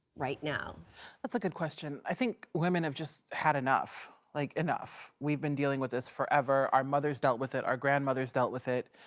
right now that's a good question. i think women have just had enough. like, enough. we've been dealing with this forever. our mothers dealt with it. our grandmothers dealt with it.